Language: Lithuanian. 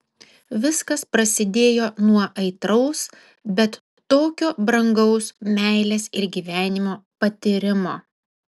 viskas prasidėjo nuo aitraus bet tokio brangaus meilės ir gyvenimo patyrimo